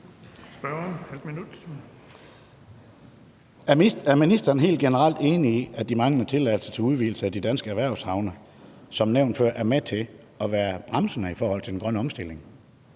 Er ministeren helt generelt enig i, at de mange manglende tilladelser til udvidelse af de danske erhvervshavne, som blev nævnt før, er med til at være bremsende i forhold til den grønne omstilling?